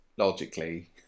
Logically